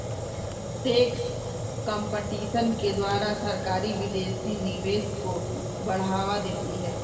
tax competition के द्वारा सरकारी विदेशी निवेश को बढ़ावा देती है